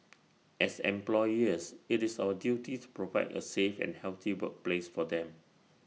as employers IT is our duty to provide A safe and healthy workplace for them